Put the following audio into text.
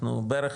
אנחנו בערך